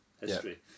history